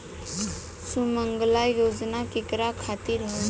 सुमँगला योजना केकरा खातिर ह?